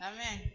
Amen